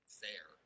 fair